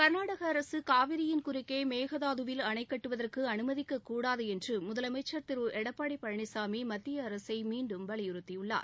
கா்நாடக அரசு காவிரியின் குறுக்கே மேகதாது வில் அணைக்கட்டுவதற்கு அனுமதிக்கக்கூடாது என்று முதலமைச்சர் திரு எடப்பாடி பழனிசாமி மத்திய அரசை மீண்டும் வலியுறுத்தியுள்ளார்